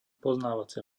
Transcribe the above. poznávacia